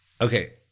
okay